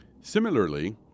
Similarly